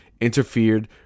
interfered